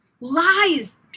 lies